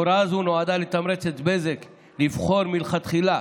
הוראה זו נועדה לתמרץ את בזק לבחור מלכתחילה